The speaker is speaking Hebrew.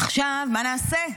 עכשיו מה נעשה?